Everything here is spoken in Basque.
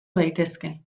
daitezke